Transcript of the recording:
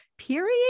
period